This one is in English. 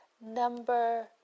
Number